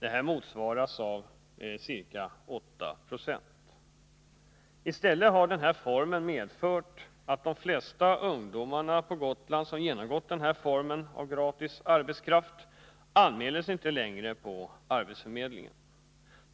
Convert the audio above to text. Det motsvarar ca 8 96. I stället har denna verksamhet medfört att de flesta ungdomar på Gotland som genomgått den och därmed blivit en typ av gratis arbetskraft inte längre anmäler sig på arbetsförmedlingen.